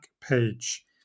page